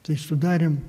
tai sudarėm